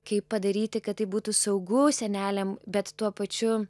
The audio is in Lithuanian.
kaip padaryti kad tai būtų saugu seneliams bet tuo pačiu